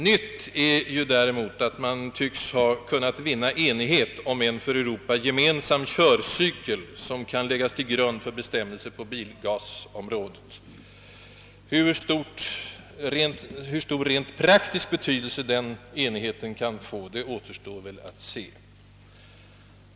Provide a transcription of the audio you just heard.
Helt nytt är däremot att man tydligen kunnat vinna enighet om en för Europa gemensam körcykel, som kan läggas till grund för bestämmelser på bilavgasområdet. Hur stor rent praktisk betydelse den enigheten kan få återstår dock att se.